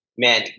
man